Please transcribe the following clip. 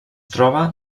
troba